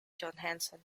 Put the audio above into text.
johansson